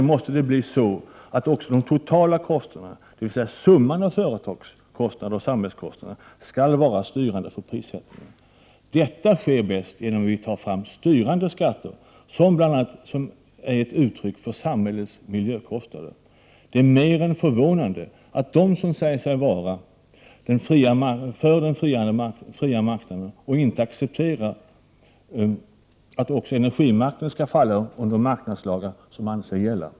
I framtiden måste också de totala kostnaderna, dvs. summan av företagskostnader och samhällskostnader, vara styrande för prissättningen. Detta sker bäst genom att vi tar fram styrande skatter, som bl.a. är ett uttryck för samhällets miljökostnader. Det är mer än förvånande att de som säger sig vara för den fria marknaden inte accepterar att också energimarknaden skall falla under de marknadslagar som man anser gälla.